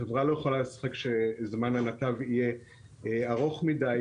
חברה לא יכולה לשחק שזמן הנתב יהיה ארוך מדי